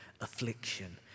affliction